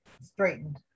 straightened